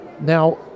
now